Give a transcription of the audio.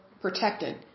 protected